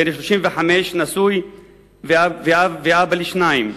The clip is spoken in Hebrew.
בן 35, נשוי ואב לשניים,